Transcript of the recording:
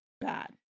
bad